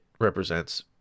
represents